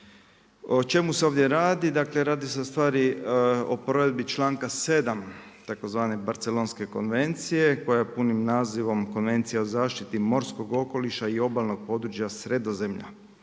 O čemu se ovdje radi? Dakle, radi se u stvari o provedbi čl.7. tzv. Barcelonske konvencije, koja je punim nazivom Konvencija o zaštiti morskog okoliša i obalnog područja Sredozemlja,